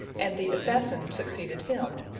and the assassin succeeded him.